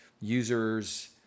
users